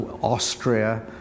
Austria